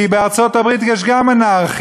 כי בארצות-הברית יש גם אנרכיה,